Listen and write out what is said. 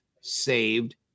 saved